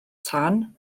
tan